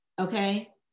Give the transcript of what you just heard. Okay